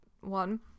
one